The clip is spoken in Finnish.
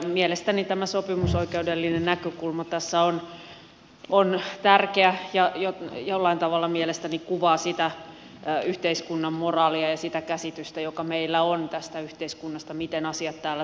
mielestäni tämä sopimusoikeudellinen näkökulma tässä on tärkeä ja jollain tavalla mielestäni kuvaa sitä yhteiskunnan moraalia ja sitä käsitystä joka meillä on tästä yhteiskunnasta miten asiat täällä toimivat